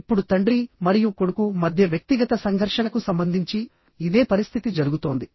ఇప్పుడు తండ్రి మరియు కొడుకు మధ్య వ్యక్తిగత సంఘర్షణకు సంబంధించి ఇదే పరిస్థితి జరుగుతోంది